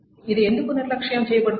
అది ఎందుకు నిర్లక్ష్యం చేయబడుతుంది